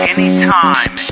Anytime